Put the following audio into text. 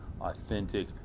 authentic